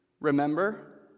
Remember